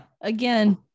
again